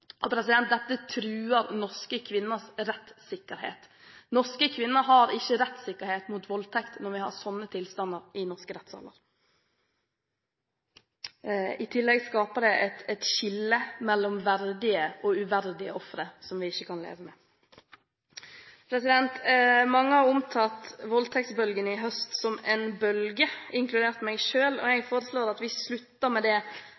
før voldtekten. Dette truer norske kvinners rettssikkerhet. Norske kvinner har ingen rettssikkerhet mot voldtekt når vi har sånne tilstander i norske rettssaler. I tillegg skaper det et skille mellom verdige og uverdige ofre som vi ikke kan leve med. Mange har omtalt voldtektene i høst som en bølge, inkludert jeg selv. Jeg foreslår at vi slutter med dette her og